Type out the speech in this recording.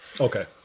Okay